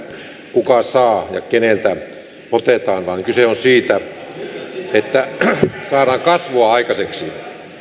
kuka saa ja keneltä otetaan vaan kyse on siitä että saadaan kasvua aikaiseksi